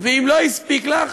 אם לא הספיק לך,